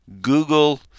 google